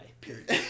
Period